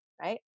right